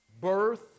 birth